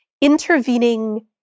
intervening